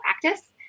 practice